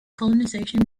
colonization